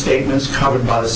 statements covered by the